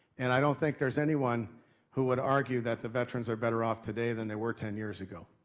and i don't think there's anyone who would argue that the veterans are better off today than they were ten years ago.